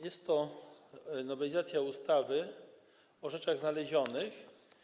Jest to nowelizacja ustawy o rzeczach znalezionych.